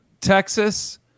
Texas